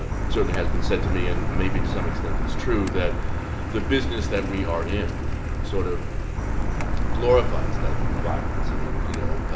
ah it certainly has been said to me and maybe, to some extent, it's true that the business that we are in sort of glorifies that violence. i mean, you know.